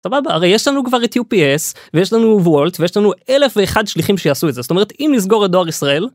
סבבה, הרי יש לנו כבר את UPS ויש לנו וולט ויש לנו אלף ואחד שליחים שיעשו את זה זאת אומרת אם נסגור את דואר ישראל.